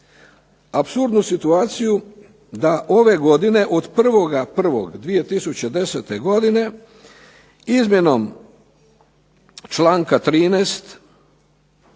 Apsurdnu situaciju da ove godine od 01.01.2010. godine izmjenom čl. 13.